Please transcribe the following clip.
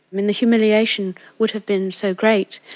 mean, the humiliation would have been so great.